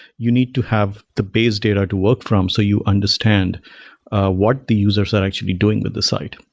you need to have the base data to work from. so you understand what the users are actually doing with the site.